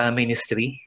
ministry